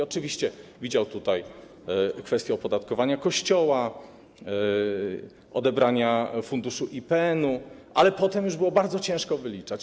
Oczywiście widział kwestię opodatkowania Kościoła, odebrania funduszy IPN, ale potem już było bardzo ciężko wyliczać.